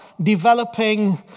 developing